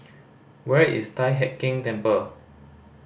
where is Tai Heck Keng Temple